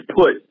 put